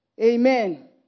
Amen